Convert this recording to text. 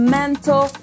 mental